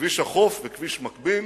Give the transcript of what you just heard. כביש החוף הוא כביש מקביל,